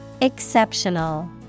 Exceptional